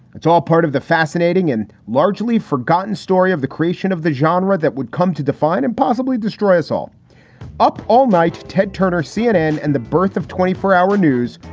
it's all part of the fascinating and largely forgotten story of the creation of the genre that would come to define and possibly destroy us all up all night. ted turner, cnn, and the birth of twenty four hour news.